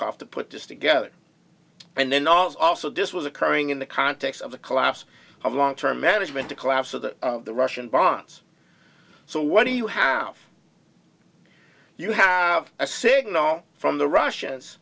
v to put this together and then also this was occurring in the context of the collapse of long term management the collapse of the of the russian bonds so what do you have you have a signal from the russians